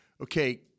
okay